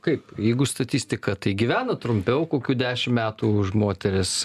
kaip jeigu statistika tai gyvena trumpiau kokių dešim metų už moteris